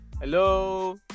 hello